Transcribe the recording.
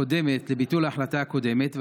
לביטול ההחלטה הקודמת,